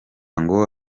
ngo